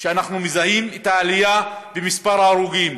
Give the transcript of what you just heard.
שאנחנו מזהים בהן עלייה במספר ההרוגים: